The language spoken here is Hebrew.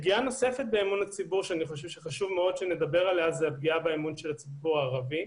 פגיעה נוספת באמון הציבור היא פגיעה באמון של הציבור הערבי.